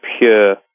pure